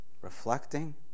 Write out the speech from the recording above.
Reflecting